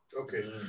Okay